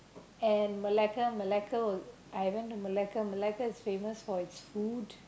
and Malacca Malacca was I went to Malacca Malacca was famous for it's food